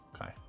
Okay